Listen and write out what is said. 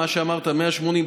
מה שאמרת 180,